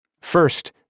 First